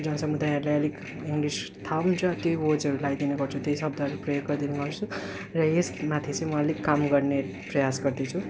जनसमुदायहरूलाई अलिक इङ्ग्लिस थाहा हुन्छ त्यही वर्ड्सहरू लाइदिने गर्छु त्यही शब्दहरू प्रयोग गरिदिने गर्छु र यसमाथि चाहिँ म अलिक काम गर्ने प्रयास गर्दैछु